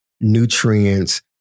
nutrients